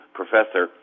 professor